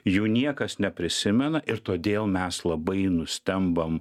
jų niekas neprisimena ir todėl mes labai nustembam